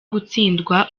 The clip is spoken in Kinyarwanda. gutsindwa